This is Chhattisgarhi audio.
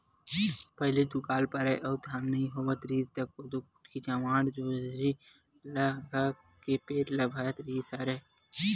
पहिली दुकाल परय अउ धान नइ होवत रिहिस त कोदो, कुटकी, जुवाड़, जोंधरी ल खा के पेट ल भरत रिहिस हवय